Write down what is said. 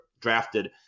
drafted